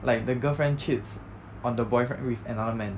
like the girlfriend cheats on the boyfriend with another man